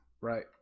Right